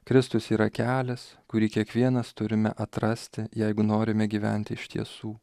kristus yra kelias kurį kiekvienas turime atrasti jeigu norime gyventi tiesų